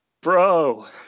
Bro